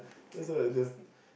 interesting